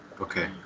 Okay